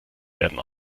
werden